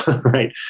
right